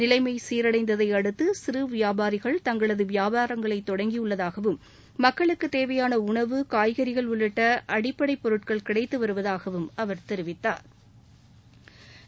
நிலைமை சீர்டைந்ததை அடுத்து சிறு வியாபாரிகள் தங்களது வியாபாரங்களை தொடங்கியுள்ளதாகவும் மக்களுக்கு தேவையான உணவு காய்கறிகள் உள்ளிட்ட அடிப்படை பொருட்கள் கிடைத்து வருவதாக அவர் தெரிவித்தா்